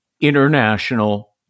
international